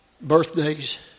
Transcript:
birthdays